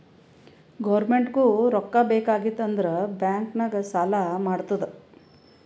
ಗೌರ್ಮೆಂಟ್ಗೂ ರೊಕ್ಕಾ ಬೇಕ್ ಆಗಿತ್ತ್ ಅಂದುರ್ ಬ್ಯಾಂಕ್ ನಾಗ್ ಸಾಲಾ ಮಾಡ್ತುದ್